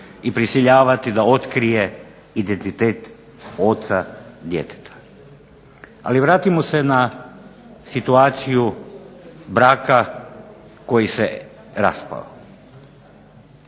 i prisiljavati da otkrije identitet oca djeteta. Ali vratimo se na situaciju braka koji se raspao.